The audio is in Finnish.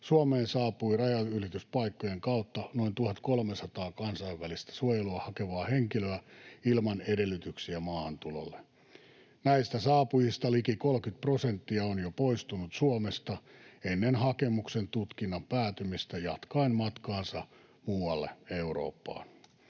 Suomeen saapui rajanylityspaikkojen kautta noin 1 300 kansainvälistä suojelua hakevaa henkilöä ilman edellytyksiä maahantulolle. Näistä saapujista liki 30 prosenttia on jo poistunut Suomesta ennen hakemuksen tutkinnan päättymistä jatkaen matkaansa muualle Eurooppaan.